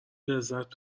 لذت